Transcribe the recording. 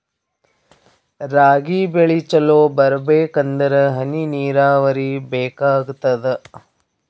ರಾಗಿ ಬೆಳಿ ಚಲೋ ಬರಬೇಕಂದರ ಹನಿ ನೀರಾವರಿ ಬೇಕಾಗತದ?